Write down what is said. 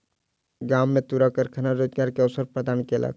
गाम में तूरक कारखाना रोजगार के अवसर प्रदान केलक